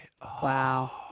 Wow